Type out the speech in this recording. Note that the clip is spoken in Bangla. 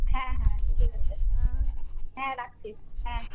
হ্যাঁ হ্যাঁ ঠিক আছে হ্যাঁ রাখছি হ্যাঁ